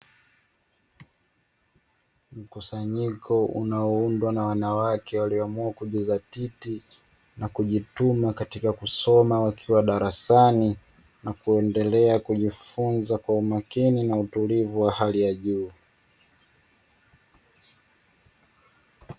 Mkusanyiko unaoundwa na wanawake, walioamua kujizatiti na kujituma katika kusoma wakiwa darasani na kuendelea kujifunza kwa umakini na utulivu wa hali ya juu.